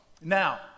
Now